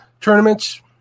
tournaments